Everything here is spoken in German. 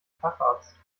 facharzt